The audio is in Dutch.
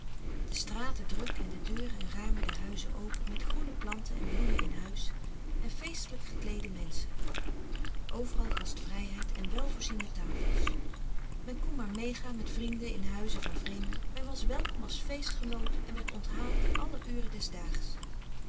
de straten druk en de deuren en ramen der huizen open met groene planten en bloemen in huis en feestelijk gekleede menschen overal gastvrijheid en wel voorziene tafels men kon maar meegaan met vrienden in huizen van vreemden men was welkom als feestgenoot en werd onthaald alle uren des